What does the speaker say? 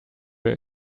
were